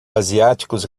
asiáticos